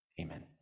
Amen